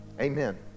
amen